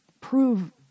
prove